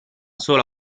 sola